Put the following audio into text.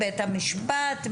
בית המשפט?